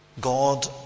God